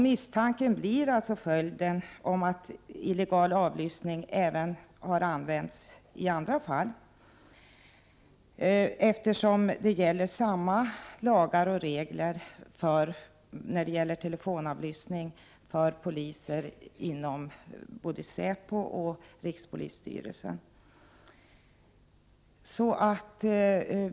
Misstanken finns att illegal avlyssning har använts även i andra fall, eftersom samma lagar och regler för telefonavlyssning gäller poliser inom både säpo och rikspolisstyrelsen.